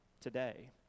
today